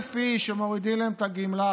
300,000 איש שמורידים להם את הגמלה,